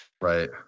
Right